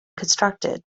constructed